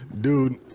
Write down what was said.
Dude